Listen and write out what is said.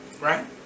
Right